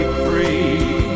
free